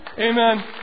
Amen